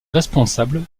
responsable